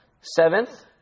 Seventh